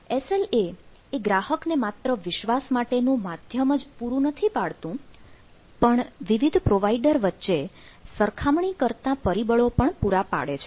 SLA એ ગ્રાહકને માત્ર વિશ્વાસ માટે નું માધ્યમ જ પૂરું નથી પાડતું પણ વિવિધ પ્રોવાઇડર વચ્ચે સરખામણી કરતા પરિબળો પણ પૂરા પાડે છે